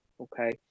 okay